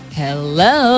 hello